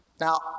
Now